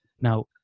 Now